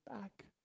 back